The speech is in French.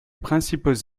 principaux